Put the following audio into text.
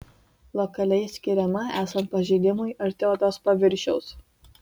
lokaliai skiriama esant pažeidimui arti odos paviršiaus